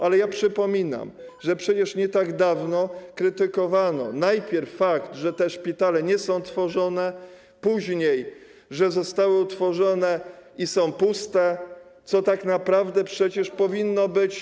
Ale ja przypominam, że przecież nie tak dawno krytykowano najpierw fakt, że te szpitale nie są tworzone, później, że zostały utworzone i są puste, co tak naprawdę przecież powinno być.